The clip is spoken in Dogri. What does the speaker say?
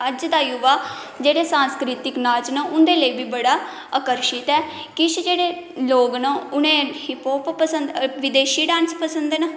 अज्ज दा युवा जेह्ड़े संस्कृतिक नाच न उं'दे लेई बी बड़ा अकर्शित ऐ किश जेह्ड़े लोक न उ'नें हिप होप पसंद बदेशी डांस पसंद न